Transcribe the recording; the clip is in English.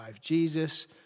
Jesus